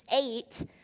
eight